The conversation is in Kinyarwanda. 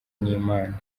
n’imana